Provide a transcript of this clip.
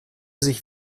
sich